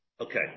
Okay